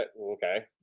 Okay